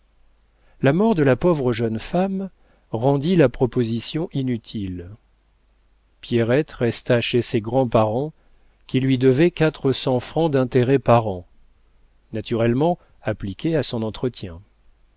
la mort de la pauvre jeune femme rendit la proposition inutile pierrette resta chez ses grands-parents qui lui devaient quatre cents francs d'intérêt par an naturellement appliqués à son entretien